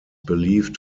believed